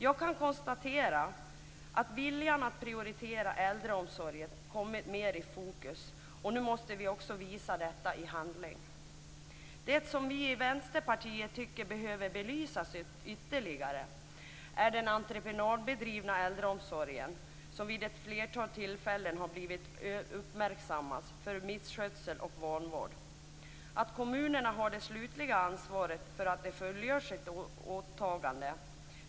Jag kan konstatera att viljan att prioritera äldreomsorgen kommit mer i fokus. Nu måste vi också visa detta i handling. Det som vi i Vänsterpartiet tycker behöver belysas ytterligare är den entreprenadbedrivna äldreomsorgen, som vid ett flertal tillfällen blivit uppmärksammad för misskötsel och vanvård. Kommunerna skall ha det slutliga ansvaret för att de fullgör sitt åtagande.